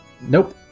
Nope